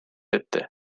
ette